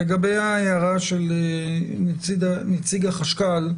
לגבי ההערה של נציג החשכ"ל,